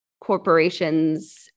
corporations